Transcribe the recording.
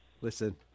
Listen